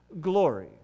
glory